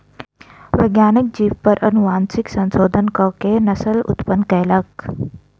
वैज्ञानिक जीव पर अनुवांशिक संशोधन कअ के नस्ल उत्पन्न कयलक